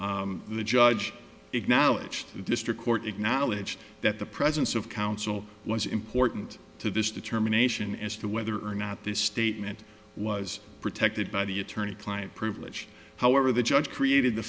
the judge acknowledged the district court acknowledged that the presence of counsel was important to this determination as to whether or not this statement was protected by the attorney client privilege however the judge created the